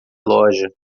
loja